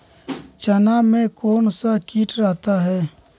चना में कौन सा किट रहता है?